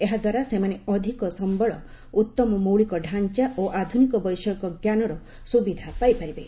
ଏହା ଦ୍ୱାରା ସେମାନେ ଅଧିକ ସମ୍ଚଳ ଉତ୍ତମ ମୌଳିକ ଢ଼ାଞ୍ଚା ଓ ଆଧୁନିକ ବୈଷୟିକ ଜ୍ଞାନର ସୁବିଧା ପାଇପାରିବେ